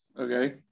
Okay